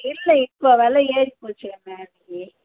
இல்லை இப்போது வில ஏறி போச்சு அண்ணே இன்னைக்கு